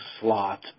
slot